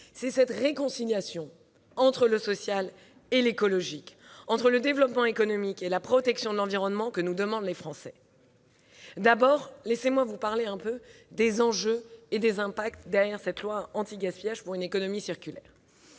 C'est cette réconciliation entre le social et l'écologique, entre le développement économique et la protection de l'environnement, que nous demandent les Français. Laissez-moi vous parler des enjeux et des impacts derrière ce projet de loi anti-gaspillage pour une économie circulaire.